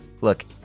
Look